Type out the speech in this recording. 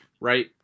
right